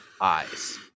eyes